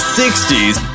60s